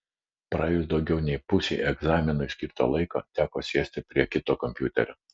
praėjus daugiau nei pusei egzaminui skirto laiko teko sėsti prie kito kompiuterio